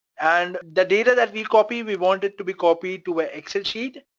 and the data that we copy, we want it to be copied to our exit sheet,